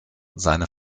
seine